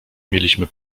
mieliśmy